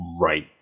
right